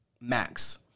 Max